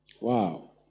Wow